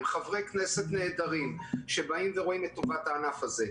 חברי כנסת נהדרים שבאים ורואים את טובת הענף הזה,